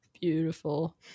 Beautiful